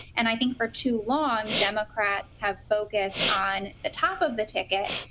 and i think for too long democrats have focused on the top of the ticket,